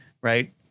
Right